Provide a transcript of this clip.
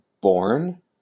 born